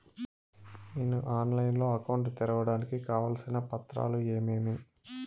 నేను ఆన్లైన్ లో అకౌంట్ తెరవడానికి కావాల్సిన పత్రాలు ఏమేమి?